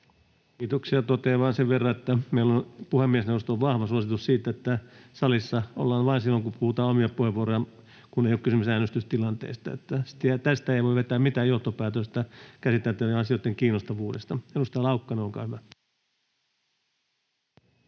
Kiitoksia. — Totean vain sen verran, että meillä on puhemiesneuvoston vahva suositus siitä, että salissa ollaan vain silloin, kun puhutaan omia puheenvuoroja, kun ei ole kysymys äänestystilanteesta, niin että tästä ei voi vetää mitään johtopäätöstä käsiteltävien asioiden kiinnostavuudesta. — Edustaja Laukkanen, olkaa hyvä. [Speech